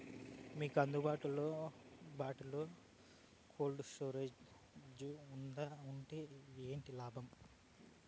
మీకు అందుబాటులో బాటులో కోల్డ్ స్టోరేజ్ జే వుందా వుంటే ఏంటి లాభాలు?